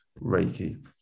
Reiki